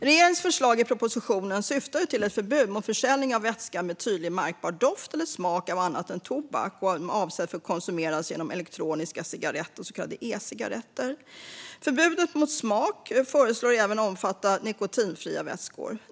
Regeringens förslag i propositionen syftar till ett förbud mot försäljning av vätska med en tydligt märkbar doft eller smak av annat än tobak som är avsedd att konsumeras genom elektroniska cigaretter, så kallade ecigaretter. Förbudet mot smak föreslås även omfatta nikotinfria vätskor.